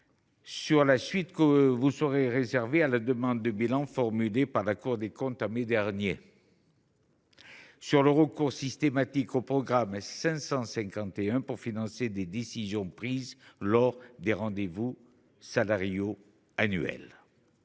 Quelle suite réserverez vous à la demande de bilan formulée par la Cour des comptes, en mai dernier, sur le recours systématique au programme 551 pour financer des décisions prises lors des rendez vous salariaux annuels